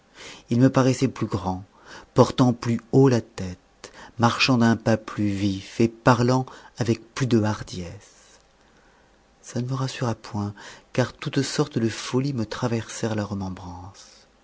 il me paraissait plus grand portant plus haut la tête marchant d'un pas plus vif et parlant avec plus de hardiesse ça ne me rassura point car toutes sortes de folies me traversèrent la